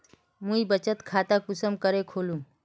मुई बचत खता कुंसम करे खोलुम?